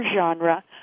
genre